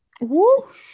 whoosh